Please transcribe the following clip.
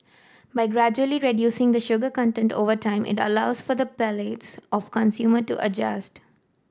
by gradually reducing the sugar content over time it allows for the palates of consumer to adjust